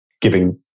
giving